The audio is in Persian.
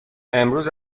امروز